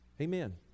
amen